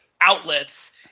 outlets